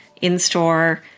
in-store